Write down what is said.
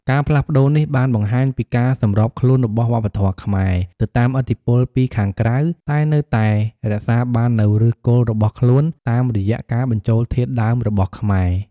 ការផ្លាស់ប្តូរនេះបានបង្ហាញពីការសម្របខ្លួនរបស់វប្បធម៌ខ្មែរទៅតាមឥទ្ធិពលពីខាងក្រៅ តែនៅតែរក្សាបាននូវឫសគល់របស់ខ្លួនតាមរយៈការបញ្ចូលធាតុដើមរបស់ខ្មែរ។